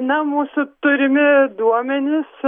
na mūsų turimi duomenys